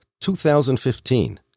2015